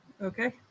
Okay